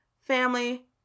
family